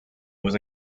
was